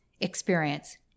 experience